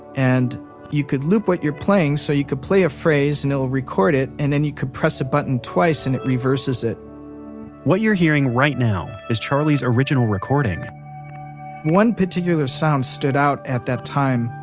and you could loop what you're playing, so you could play a phrase and it'll record it, and then you could press a button twice and it reverses it what you're hearing right now is charlie's original recording one particular sound stood out at that time,